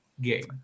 game